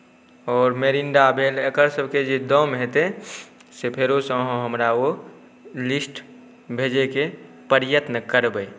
आओर मेरिन्डा भेल एकर सबके जे दाम हेतै से फेरोसँ अहाँ हमरा ओ लिस्ट भेजैके प्रयत्न करबै